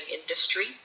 industry